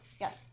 Yes